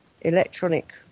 electronic